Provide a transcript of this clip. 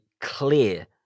clear